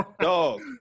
dog